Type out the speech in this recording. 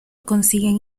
consiguen